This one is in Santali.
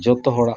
ᱡᱚᱛᱚ ᱦᱚᱲᱟᱜ